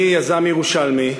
אני יזם ירושלמי.